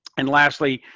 and lastly,